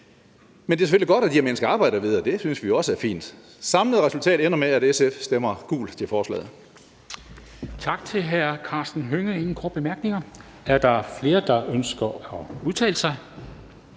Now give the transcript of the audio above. Men det er selvfølgelig godt, at de her mennesker arbejder videre – det synes vi også er fint. Samlet resultat er, at SF stemmer gult til forslaget.